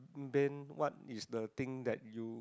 been what is the thing that you